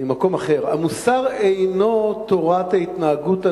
במקום אחר: המוסר אינו תורת ההתנהגות הנכונה,